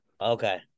okay